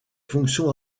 fonctions